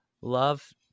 love